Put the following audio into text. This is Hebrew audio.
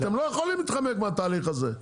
אתם לא יכולים להתחמק מהתהליך הזה.